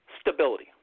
stability